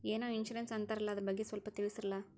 ಏನೋ ಇನ್ಸೂರೆನ್ಸ್ ಅಂತಾರಲ್ಲ, ಅದರ ಬಗ್ಗೆ ಸ್ವಲ್ಪ ತಿಳಿಸರಲಾ?